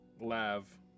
lav